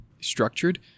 structured